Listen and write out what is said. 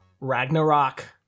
Ragnarok